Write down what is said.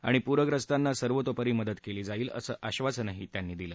आणि पुरग्रस्तांना सर्वतोपरी मदत केली जाईल असं आश्वासन त्यांनी यावेळी दिलं